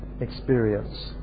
experience